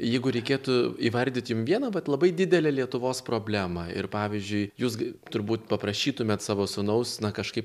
jeigu reikėtų įvardyt jum vieną bet labai didelę lietuvos problemą ir pavyzdžiui jūs turbūt paprašytumėt savo sūnaus na kažkaip